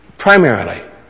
Primarily